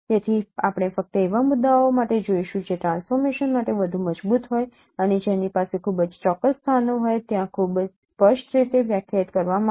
તેથી આપણે ફક્ત એવા મુદ્દાઓ માટે જોઈશું જે ટ્રાન્સફોર્મેશન માટે વધુ મજબૂત હોય અને જેની પાસે ખૂબ જ ચોક્કસ સ્થાનો હોય ત્યાં ખૂબ સ્પષ્ટ રીતે વ્યાખ્યાયિત કરવામાં આવે